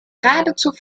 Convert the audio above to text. geradezu